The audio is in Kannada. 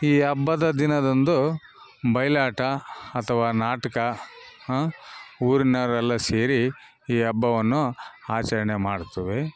ಈ ಹಬ್ಬದ ದಿನದಂದು ಬಯಲಾಟ ಅಥವ ನಾಟಕ ಊರಿನೋರೆಲ್ಲ ಸೇರಿ ಈ ಹಬ್ಬವನ್ನು ಆಚರಣೆ ಮಾಡ್ತುವೆ